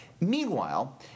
Meanwhile